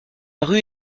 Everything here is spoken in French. rue